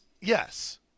Yes